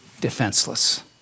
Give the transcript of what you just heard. defenseless